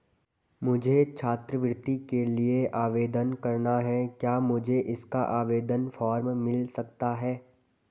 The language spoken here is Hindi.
मुझे छात्रवृत्ति के लिए आवेदन करना है क्या मुझे इसका आवेदन फॉर्म मिल सकता है?